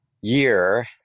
year